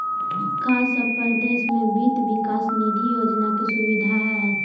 का सब परदेश में वित्त विकास निधि योजना के सुबिधा हई?